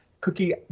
cookie